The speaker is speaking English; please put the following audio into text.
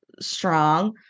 strong